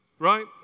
right